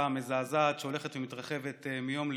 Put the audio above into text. מזעזעת שהולכת ומתרחבת מיום ליום,